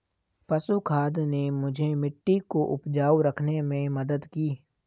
पशु खाद ने मुझे मिट्टी को उपजाऊ रखने में मदद की